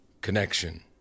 Connection